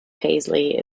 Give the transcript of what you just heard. paisley